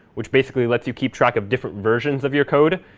which basically lets you keep track of different versions of your code,